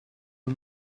een